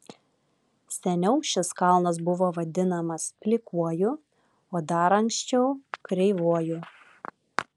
seniau šis kalnas buvo vadinamas plikuoju o dar anksčiau kreivuoju